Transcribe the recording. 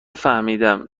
فهمیدم